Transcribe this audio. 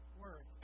word